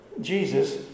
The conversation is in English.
Jesus